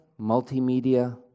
multimedia